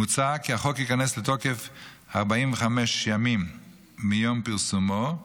מוצע כי החוק ייכנס לתוקף 45 ימים מיום פרסומו,